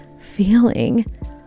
feeling